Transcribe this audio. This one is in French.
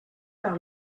par